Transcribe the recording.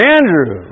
Andrew